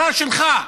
השר שלך,